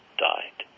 died